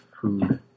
food